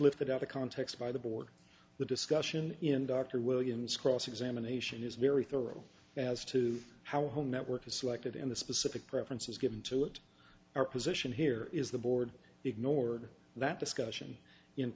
lifted out of context by the board the discussion in dr williams cross examination is very thorough as to how home network is selected in the specific preferences given to it our position here is the board ignored that discussion in